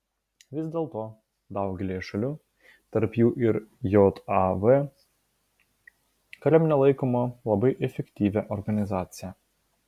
vis dėlto daugelyje šalių tarp jų ir jav kariuomenė laikoma labai efektyvia organizacija